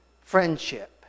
Friendship